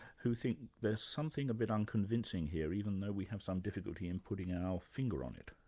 who think there's something a bit unconvincing here, even though we have some difficulty in putting our finger on it.